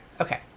okay